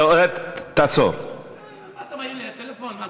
לא, אל תגיע לכאן עם הטלפון.